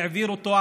והעביר אותו,